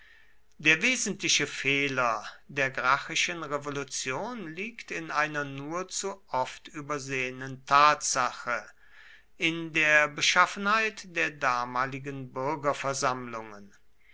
der wesentliche fehler der gracchischen revolution liegt in einer nur zu oft übersehenen tatsache in der beschaffenheit der damaligen bürgerversammlungen